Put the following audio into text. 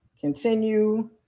continue